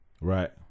Right